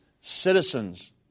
citizens